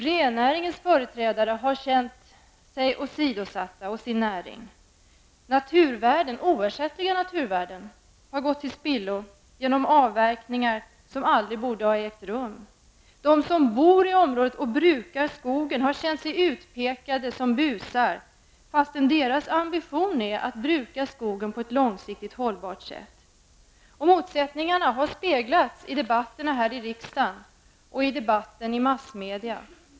Rennäringens företrädare har känt sig och sin näring åsidosatta. Oersättliga naturvärden har gått till spillo genom avverkningar som aldrig borde ha ägt rum. De som bor i området och brukar skogen har känt sig utpekade som busar, trots att deras ambition är att bruka skogen på ett långsiktigt hållbart sätt. Motsättningarna har speglats i debatterna här i riksdagen och i debatten i massmedia.